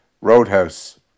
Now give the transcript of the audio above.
Roadhouse